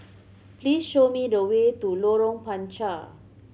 please show me the way to Lorong Panchar